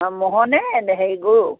অঁ মোহনে হেৰি গৰু